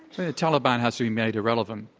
the taliban has to be made irrelevant,